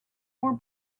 more